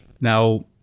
Now